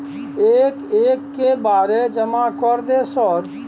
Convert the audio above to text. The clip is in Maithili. एक एक के बारे जमा कर दे सर?